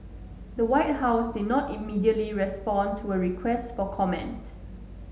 the White House did not immediately respond to a request for comment